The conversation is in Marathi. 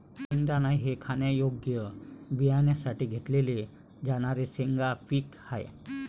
शेंगदाणा हे खाण्यायोग्य बियाण्यांसाठी घेतले जाणारे शेंगा पीक आहे